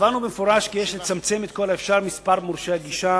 קבענו במפורש כי יש לצמצם ככל האפשר את מספר מורשי הגישה